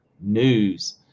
news